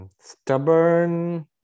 stubborn